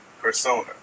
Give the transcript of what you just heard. Persona